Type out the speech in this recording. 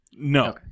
No